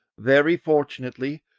very fortunately,